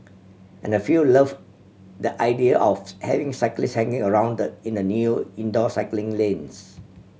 and a few love the idea of having cyclists hanging around in the new indoor cycling lanes